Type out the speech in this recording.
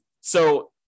so-